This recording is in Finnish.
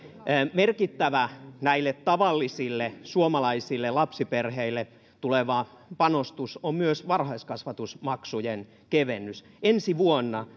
merkittävä näille tavallisille suomalaisille lapsiperheille tuleva panostus on myös varhaiskasvatusmaksujen kevennys ensi vuonna